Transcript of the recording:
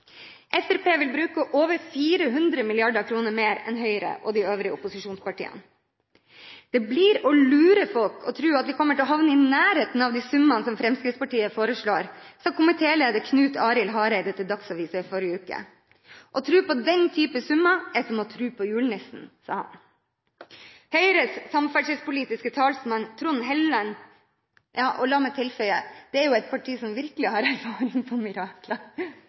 Fremskrittspartiet vil bruke over 400 mrd. kr mer enn Høyre og de øvrige opposisjonspartiene. «Det blir å lure folk å tro at vi kommer til å havne i nærheten av de summene som Fremskrittspartiet foreslår.» Dette sa komitéleder Knut Arild Hareide til Dagsavisen i forrige uke. Videre sa han: «Å tro på den type summer, er som å tro på julenissen.» Og la meg tilføye: Det er jo et parti som virkelig har